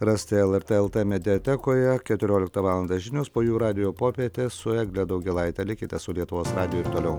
rasti lrt lt mediatekoje keturioliktą valandą žinios po jų radijo popietė su egle daugėlaite likite su lietuvos radiju ir toliau